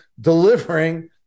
delivering